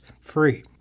free